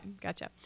Gotcha